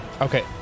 okay